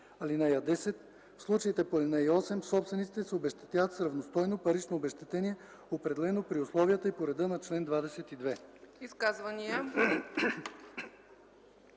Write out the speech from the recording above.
(10) В случаите по ал. 8 собствениците се обезщетяват с равностойно парично обезщетение, определено при условията и по реда на чл. 22.”